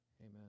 amen